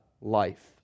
life